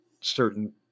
certain